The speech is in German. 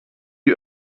die